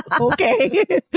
Okay